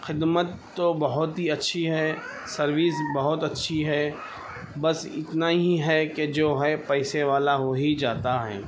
خدمت تو بہت ہی اچھی ہے سروس بہت اچھی ہے بس اتنا ہی ہے کہ جو ہے پیسہ والا وہی جاتا ہے